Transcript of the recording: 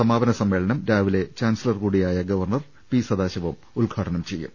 സമാപന സമ്മേളനം രാവിലെ ചാൻസ് ലർ കൂടിയായ ഗവർണർ പി സദാശിവം ഉദ്ഘാടനം ചെയ്യും